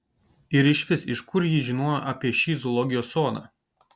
ir išvis iš kur ji žinojo apie šį zoologijos sodą